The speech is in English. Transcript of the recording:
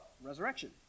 resurrection